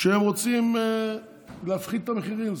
הם רוצים להפחית את המחירים.